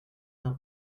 del